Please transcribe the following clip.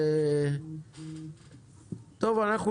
טוב,